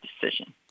decision